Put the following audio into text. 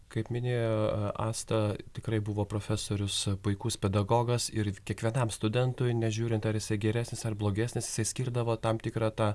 kaip minėjo asta tikrai buvo profesorius puikus pedagogas ir kiekvienam studentui nežiūrint ar jisai geresnis ar blogesnis jisai skirdavo tam tikrą tą